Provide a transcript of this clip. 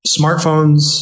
smartphones